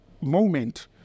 moment